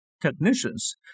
technicians